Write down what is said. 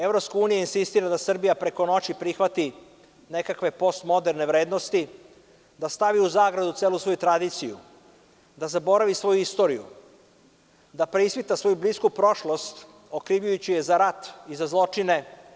Evropska unija insistira da Srbija preko noći prihvati nekakve post moderne vrednosti, da stavi u zagradu celu svoju tradiciju, da zaboravi svoju istoriju, da preispita svoju blisku prošlost, okrivljujući je za rat i za zločine.